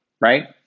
right